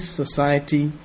society